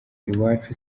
iwacu